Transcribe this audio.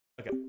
Okay